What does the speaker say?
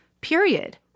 period